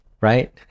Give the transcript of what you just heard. right